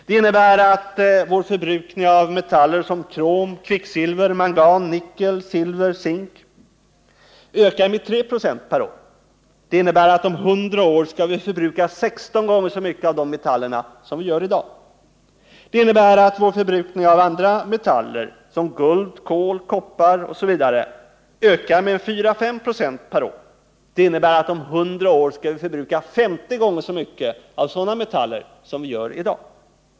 Det innebär att vår förbrukning av metaller som krom, kvicksilver, mangan, nickel, silver och zink ökar med 3 96 perår. Det innebär att om 100 år kommer vi att förbruka 16 gånger så mycket av de metallerna jämfört med i dag. Det innebär att vår förbrukning av andra metaller, såsom guld, kol, koppar osv., ökar med 4—5 96 perår. Det innebär att om 100 år kommer vi att förbruka 50 gånger så mycket av sådana metaller jämfört med i dag.